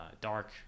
Dark